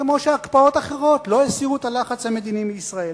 כמו שהקפאות אחרות לא הסירו את הלחץ המדיני מישראל.